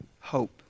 hope